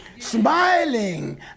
smiling